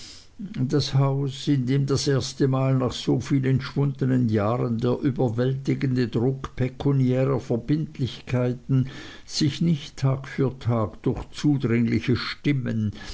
das haus in dem das erste mal nach so vielen entschwundnen jahren der überwältigende druck pekuniärer verbindlichkeiten sich nicht tag für tag durch zudringliche stimmen